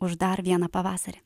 už dar vieną pavasarį